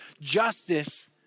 justice